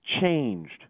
changed